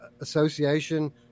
association